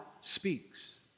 speaks